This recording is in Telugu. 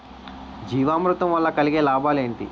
జీవామృతం వల్ల కలిగే లాభాలు ఏంటి?